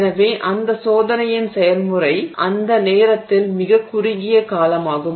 எனவே அந்தச் சோதனையின் செயல்முறை அந்த நேரத்தில் மிகக் குறுகிய காலமாகும்